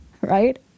right